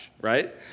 right